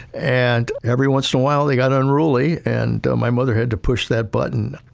and every once in a while, they got unruly and my mother had to push that button.